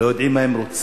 לא יודעים מה הם רוצים?